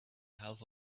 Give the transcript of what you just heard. half